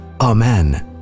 Amen